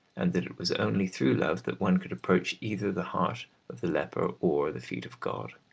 and that it was only through love that one could approach either the heart of the leper or the feet of god.